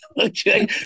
okay